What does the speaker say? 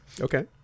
Okay